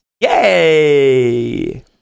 Yay